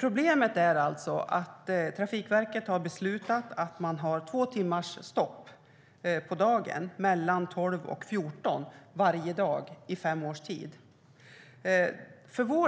Problemet är att Trafikverket har beslutat om två timmars stopp mellan kl.12.00 och 14.00 varje dag i fem års tid.